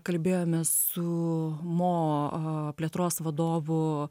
kalbėjomės su mo o plėtros vadovu